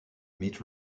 mid